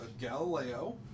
Galileo